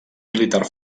militar